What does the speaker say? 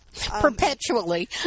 Perpetually